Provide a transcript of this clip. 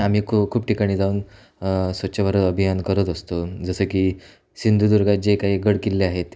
आमी खू खूप ठिकाणी जाऊन स्वच्छ भारत अभियान करत असतो जसं की सिंधुदुर्गात जे काही गड किल्ले आहेत